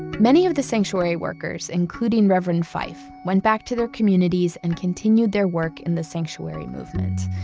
many of the sanctuary workers, including reverend fife, went back to their communities and continued their work in the sanctuary movement.